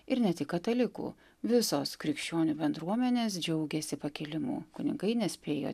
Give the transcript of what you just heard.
ir ne tik katalikų visos krikščionių bendruomenės džiaugėsi pakilimu kunigai nespėjo